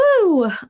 Woo